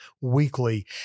weekly